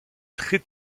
très